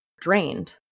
drained